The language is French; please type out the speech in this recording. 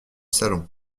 salon